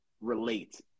relate